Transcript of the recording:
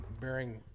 bearing